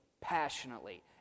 passionately